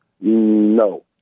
No